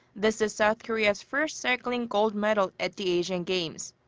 this is south korea's first cycling gold medal at the asian games.